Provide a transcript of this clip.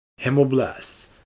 hemoblasts